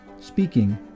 speaking